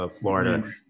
florida